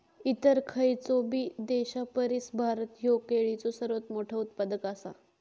इतर खयचोबी देशापरिस भारत ह्यो केळीचो सर्वात मोठा उत्पादक आसा